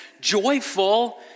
joyful